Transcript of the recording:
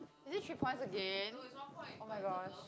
is it three points again oh-my-gosh